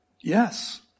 yes